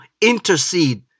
intercede